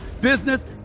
business